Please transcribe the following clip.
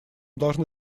должны